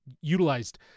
utilized